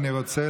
אני רוצה,